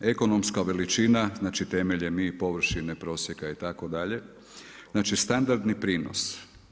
Ekonomska veličina, znači temelje i površine i prosjeka itd. znači standardni prinos?